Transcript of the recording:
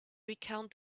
recount